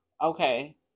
okay